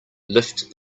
lift